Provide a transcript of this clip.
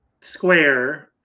square